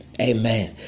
Amen